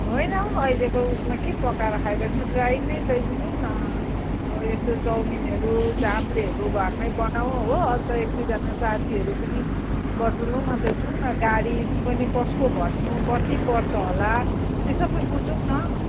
होइन हौ अहिलेको उसमा के पकाएर खाइरहनु ड्राई नै लैजाउँ हो यसो चाउमिनहरू चाम्रेहरू घरमै बनाउँ हो अन्त एकदुईजना साथीहरू पनि बटुलौँ अन्त जाउन गाडी पनि कसको भन्नु कति पर्छ होला त्यो सबै बुझौँ न